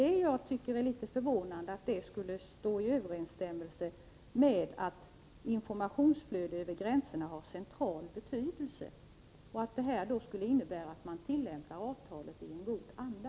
Vad jag tycker är litet förvånande är just att det skulle stå i överensstämmelse med påståendet att informationsflöde över gränserna har central betydelse och att det här skulle innebära att man tillämpar avtalet i en god anda.